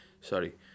sorry